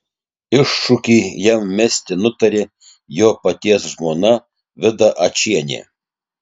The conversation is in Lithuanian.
iššūkį jam mesti nutarė jo paties žmona vida ačienė